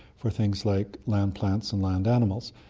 for things like land plants and land animals.